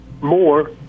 more